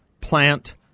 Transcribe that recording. plant